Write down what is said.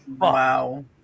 wow